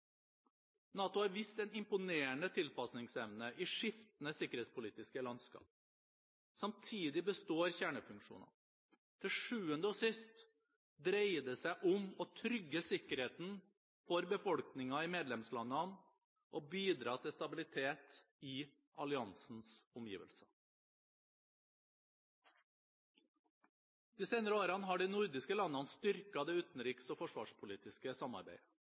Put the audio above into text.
NATO har vist en imponerende tilpasningsevne i skiftende sikkerhetspolitiske landskap. Samtidig består kjernefunksjonene. Til sjuende og sist dreier det seg om å trygge sikkerheten for befolkningen i medlemslandene og bidra til stabilitet i alliansens omgivelser. De senere årene har de nordiske landene styrket det utenriks- og forsvarspolitiske samarbeidet.